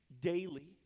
daily